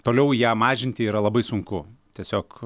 toliau ją mažinti yra labai sunku tiesiog